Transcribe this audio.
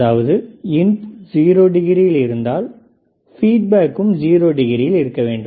அதாவது input zero டிகிரியில் இருந்தால் அவுட்புட்டும் ஜீரோ டிகிரியில் இருக்க வேண்டும்